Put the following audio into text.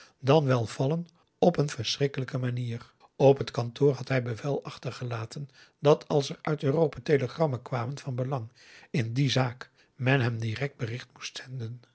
dan wel vallen op een verschrikkelijke manier op t kantoor had hij bevel achtergelaten dat als er uit europa telegrammen kwamen van belang in die zaak men hem direct bericht moest